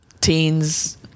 teens